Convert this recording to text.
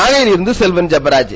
நாகையிலிருந்து Selvan Jebaraj